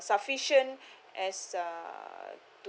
sufficient as uh